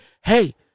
Hey